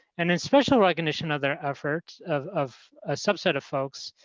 and in special recognition of their efforts of of a subset of folks,